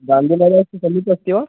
गान्धीनगरे अस्ति खलु तस्य